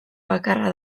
bakarra